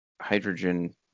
hydrogen